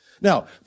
Now